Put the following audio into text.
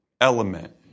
element